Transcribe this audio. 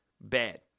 bad